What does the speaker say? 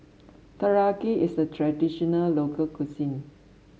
teriyaki is a traditional local cuisine